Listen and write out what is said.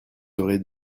aurez